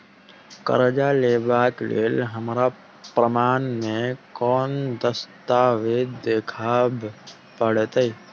करजा लेबाक लेल हमरा प्रमाण मेँ कोन दस्तावेज देखाबऽ पड़तै?